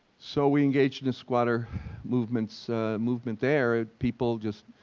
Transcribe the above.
so we engaged in a squatter movement so movement there. people just,